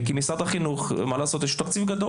כי יש לו תקציב גדול.